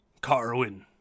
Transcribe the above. Carwin